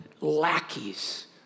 lackeys